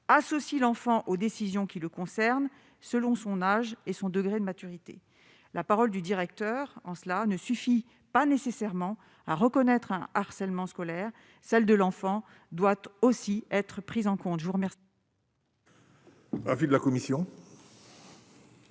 associe l'enfant aux décisions qui le concernent, selon son âge et son degré de maturité, la parole du directeur en cela ne suffit pas nécessairement à reconnaître un harcèlement scolaire, celle de l'enfant doit aussi être pris en compte, je vous remercie.